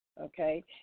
okay